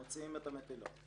מוציאים את המטילות.